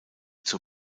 zur